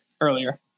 earlier